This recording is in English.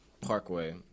Parkway